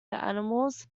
animals